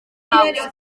naus